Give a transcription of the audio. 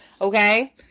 okay